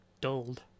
dulled